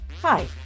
Hi